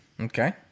Okay